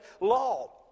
law